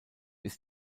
ist